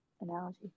analogy